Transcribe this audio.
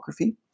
demography